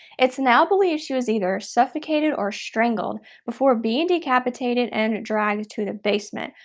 it's now believed she was either suffocated or strangled before being decapitated and dragged to the basement,